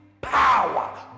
power